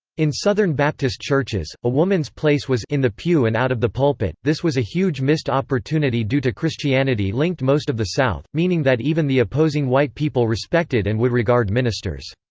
in southern baptist churches, a woman's place was in the pew and out of the pulpit. this was a huge missed opportunity due to christianity linked most of the south, meaning that even the opposing white people respected and would regard ministers.